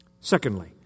Secondly